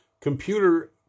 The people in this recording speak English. computer